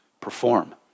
perform